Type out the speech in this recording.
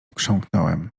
chrząknąłem